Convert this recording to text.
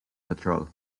patrol